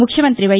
ముఖ్యమంత్రి వై